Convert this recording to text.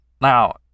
now